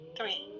Three